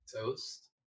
Toast